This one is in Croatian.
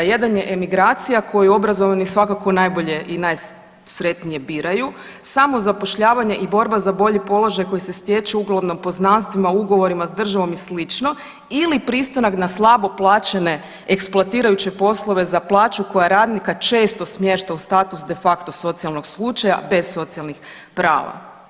Jedan je emigracija koju obrazovani svakako najbolje i najsretnije biraju, samozapošljavanje i borba za bolji položaj koji se stječe uglavnom poznanstvima, ugovorima s državom i slično ili pristanak na slabo plaćene eksploatirajuće poslove za plaću koja radnika često smješta u status de facto socijalnog slučaja bez socijalnih prava.